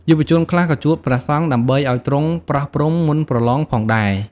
យុវជនខ្លះក៏ជួបព្រះសង្ឃ ដើម្បីឱ្យទ្រង់ប្រោះព្រំ មុនប្រលងផងដែរ។